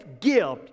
gift